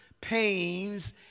pains